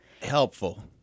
helpful